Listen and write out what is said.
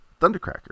Thundercracker